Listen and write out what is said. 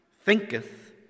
thinketh